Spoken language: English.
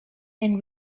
and